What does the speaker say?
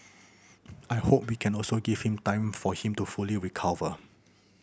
I hope we can also give him time for him to fully recover